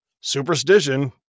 superstition